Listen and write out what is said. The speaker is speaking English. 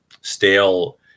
stale